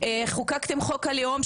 חוקקתם את חוק הלאום,